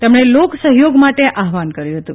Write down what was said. તેમણે લોકસહયોગ માટે આહવાન કર્યું હતું